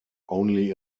only